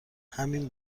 همین